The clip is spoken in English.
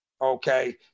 okay